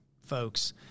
folks